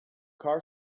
car